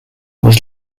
was